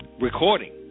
Recording